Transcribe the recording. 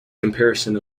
comparison